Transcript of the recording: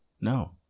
No